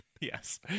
Yes